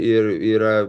ir yra